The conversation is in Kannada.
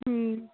ಹ್ಞೂ